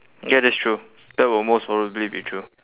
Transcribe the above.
ya that's true that will most probably be true